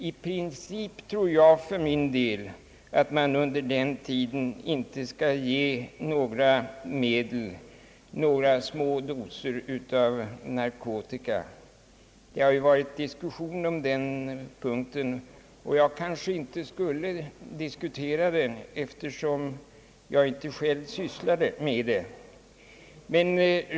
I princip skall man, tror jag för min del, under den tiden inte ge några små doser av narkotika. Det har ju varit debatt i den frågan, och jag skulle kanske inte diskutera den eftersom jag inte själv sysslat med det.